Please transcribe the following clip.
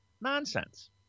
nonsense